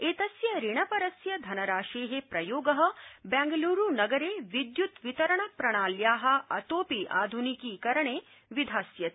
एतस्य ऋण परस्य धनराशे प्रयोग बैंगलुरू नगरे विद्युत्वितरण प्रणाल्या अतोपि आधुनिकीकरणे विधास्यते